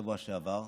בשבוע שעבר,